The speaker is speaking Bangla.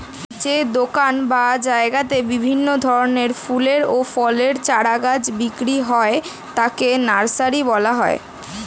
যে দোকান বা জায়গাতে বিভিন্ন ধরনের ফলের ও ফুলের চারা গাছ বিক্রি হয় তাকে নার্সারি বলা হয়